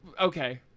Okay